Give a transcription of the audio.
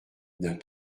d’un